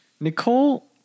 Nicole